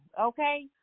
okay